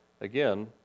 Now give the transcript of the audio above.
again